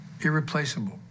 irreplaceable